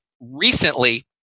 recently